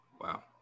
Wow